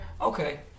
okay